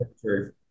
true